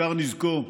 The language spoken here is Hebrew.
זה נשגב מבינתי,